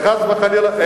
חס וחלילה,